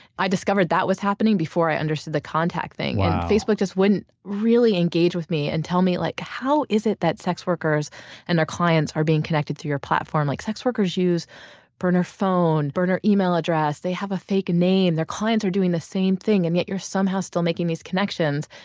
i discovered that was happening before i understood the contact thing and facebook just wouldn't really engage with me and tell me like how is it that sex workers and their clients are being connected through your platform. like sex workers use burner phones, burner email addresses. they have a fake name, their clients are doing the same thing and yet you're somehow still making these connections.